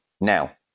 now